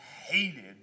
hated